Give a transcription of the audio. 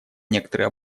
некоторые